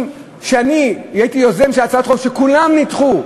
שאני הייתי היוזם שלהן, שכולן נדחו.